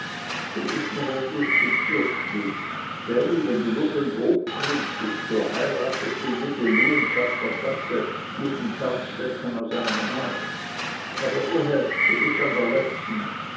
du bist mir ein lustig bürschli gell wenn du nur den hof kriegtest so heiratest du jede luenz ab der gasse jeden zaunstecken aus einem hag aber ohä du bist an der lätzen